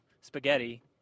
spaghetti